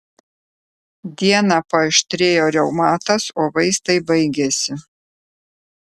dieną paaštrėjo reumatas o vaistai baigėsi